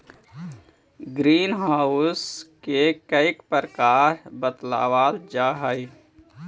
green house के कई प्रकार बतलावाल जा हई